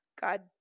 God